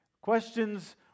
Questions